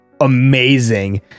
amazing